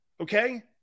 Okay